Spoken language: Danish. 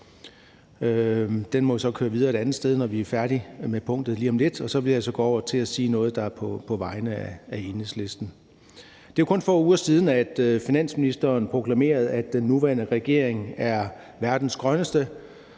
Den må jo så køre videre et andet sted, når vi er færdige med punktet lige om lidt. Så vil jeg gå over til at sige noget, der er på vegne af Enhedslisten. Det er jo kun få uger siden, finansministeren proklamerede, at den nuværende regering er verdens grønneste,